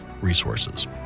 resources